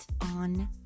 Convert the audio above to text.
on